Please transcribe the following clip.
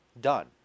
done